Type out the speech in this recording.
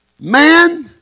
man